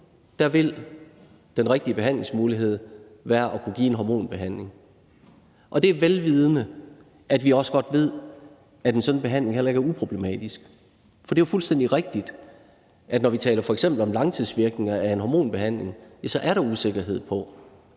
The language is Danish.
vil den rigtige behandlingsmulighed være at kunne give en hormonbehandling, og det er vel vidende, at vi også godt ved, at en sådan behandling heller ikke er uproblematisk. For det er jo fuldstændig rigtigt, at når vi f.eks. taler om langtidsvirkninger af en hormonbehandling, er der usikkerhed om,